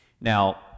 Now